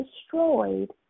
destroyed